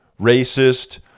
racist